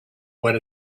what